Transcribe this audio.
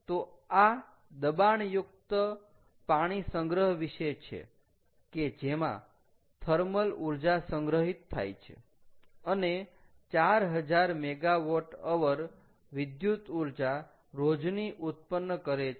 તો આ દબાણયુક્ત પાણી સંગ્રહ વિશે છે કે જેમાં થર્મલ ઊર્જા સંગ્રહિત થાય છે અને 4000 MWH વિદ્યુત ઊર્જા રોજની ઉત્પન્ન કરે છે